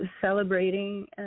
celebrating